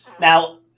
now